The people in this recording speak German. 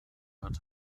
hat